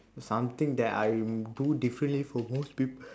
something that I do differently from most pe~